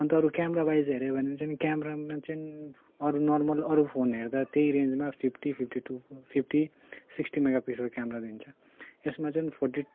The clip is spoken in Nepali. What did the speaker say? अन्त अरू क्यामेरावाइस हेऱ्यो भने चाहिँ क्यामेरामा चाहिँ अरू नर्मल अरू फोन हेर्दा त्यही रेन्जमा फिप्टी फिप्टी टूको फिप्टी सिक्सटी मेगा पिक्सलको क्यामेरा दिन्छ यसमा चाहिँ फोर्ट्टी